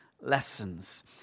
Lessons